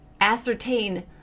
ascertain